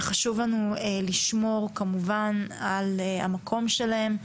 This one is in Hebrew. וחשוב לנו לשמור על המקום שלהם.